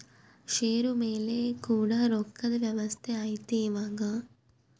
ಷೇರು ಮೇಲೆ ಕೂಡ ರೊಕ್ಕದ್ ವ್ಯವಸ್ತೆ ಐತಿ ಇವಾಗ